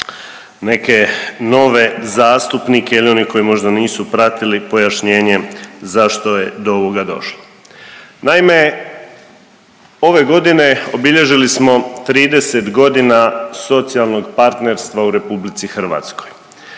neke nove zastupnike ili oni koji možda nisu pratili pojašnjenje zašto je do ovoga došlo. Naime ove godine obilježili smo 30.g. socijalnog partnerstva u RH, 30.g.